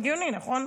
הגיוני, נכון?